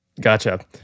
Gotcha